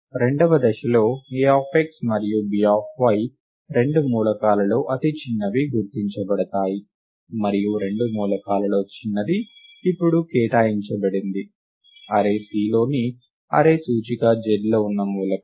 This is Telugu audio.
రెండవ దశలో Ax మరియు By రెండు మూలకాలలో అతి చిన్నవి గుర్తించబడతాయి మరియు రెండు మూలకాలలో చిన్నది ఇప్పుడు కేటాయించబడింది అర్రే Cలోని అర్రే సూచిక zలో ఉన్న మూలకం